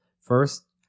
First